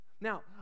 Now